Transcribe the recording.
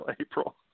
April